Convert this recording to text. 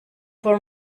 for